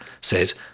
says